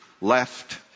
left